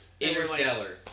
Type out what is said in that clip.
Interstellar